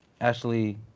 Ashley